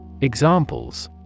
Examples